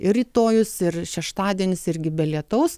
ir rytojus ir šeštadienis irgi be lietaus